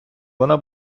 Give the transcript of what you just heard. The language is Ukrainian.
вона